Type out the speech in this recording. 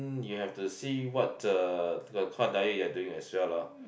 you have to see what uh the kind of diet you are doing as well lah